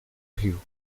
rio